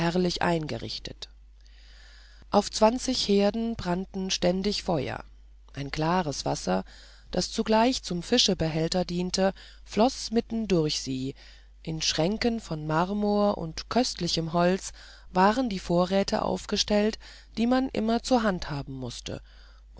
eingerichtet auf zwanzig herden brannten beständig feuer ein klares wasser das zugleich zum fischebehälter diente floß mitten durch sie in schränken von marmor und köstlichem holz waren die vorräte aufgestellt die man immer zur hand haben mußte